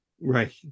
Right